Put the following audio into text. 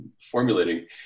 formulating